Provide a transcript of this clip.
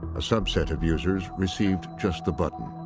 a subset of users received just the button.